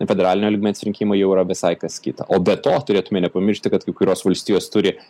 federalinio lygmens rinkimai jau yra visai kas kita o be to turėtume nepamiršti kad kai kurios valstijos turi